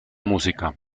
música